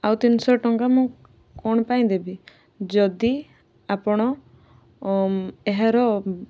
ଆଉ ତିନିଶହ ଟଙ୍କା ମୁଁ କଣପାଇଁ ଦେବି ଯଦି ଆପଣ ଏହାର